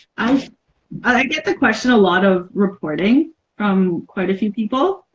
i i get the question a lot of reporting from quite a few people